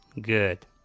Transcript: Good